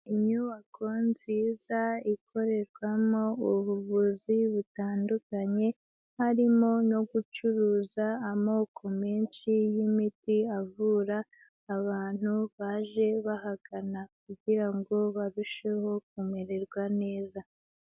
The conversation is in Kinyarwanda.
Inyubako nziza ikorerwamo ubuvuzi butandukanye, harimo no gucuruza amoko menshi y'imiti avura abantu baje bahagana kugira ngo barusheho kumererwa neza.